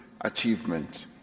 achievement